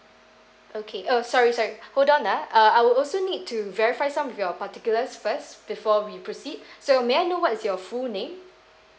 okay oh sorry sorry hold on ah uh I will also need to verify some of your particulars first before we proceed so may I know what is your full name